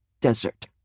desert